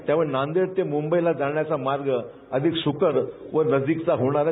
त्यामुळे नांदेड ते मुंबईला जाण्याचा मार्ग अधिक सुकर आणि नजिकचा होणार आहे